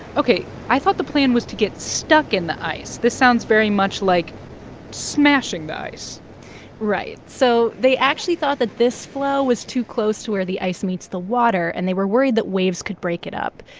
ok, i thought the plan was to get stuck in the ice. this sounds very much like smashing the ice right. so they actually thought that this floe was too close to where the ice meets the water, and they were worried that waves could break it up.